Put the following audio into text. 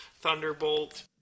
Thunderbolt